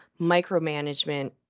micromanagement